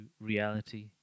reality